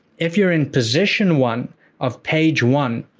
if you're in position one of page one,